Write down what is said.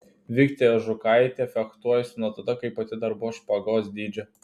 viktė ažukaitė fechtuojasi nuo tada kai pati dar buvo špagos dydžio